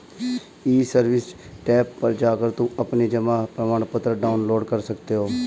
ई service tab पर जाकर तुम अपना जमा प्रमाणपत्र डाउनलोड कर सकती हो